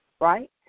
right